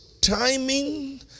timing